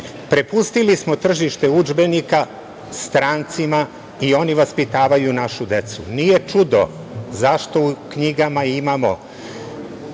Prepustili smo tržište udžbenika strancima i oni vaspitavaju našu decu. Nije čudo zašto u knjigama imamo